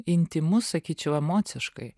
intymus sakyčiau emociškai